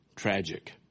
tragic